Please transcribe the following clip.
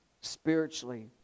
spiritually